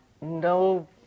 no